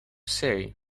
say